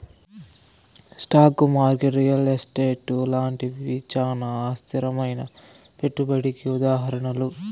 stock market real estate లాంటివి చానా అస్థిరమైనా పెట్టుబడికి ఉదాహరణలు